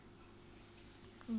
mm